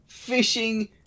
Fishing